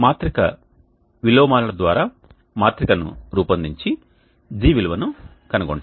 మనము మాత్రిక విలోమాల ద్వారా మాత్రికను రూపొందించి G విలువను కనుగొంటాము